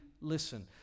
listen